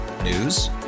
News